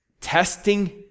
testing